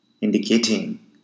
Indicating